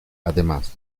además